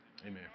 Amen